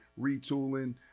retooling